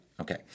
Okay